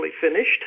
finished